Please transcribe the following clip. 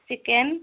chicken